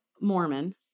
Mormon